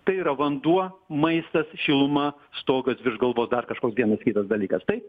tai yra vanduo maistas šiluma stogas virš galvos dar kažkoks vienas kitas dalykas taip